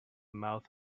mouth